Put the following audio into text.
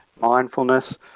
mindfulness